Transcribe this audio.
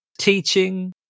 teaching